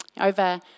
Over